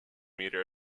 meter